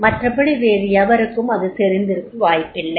மற்றபடி வேரு எவருக்கும் அது தெரிந்திருக்க வாய்ப்பில்லை